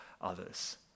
others